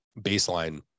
baseline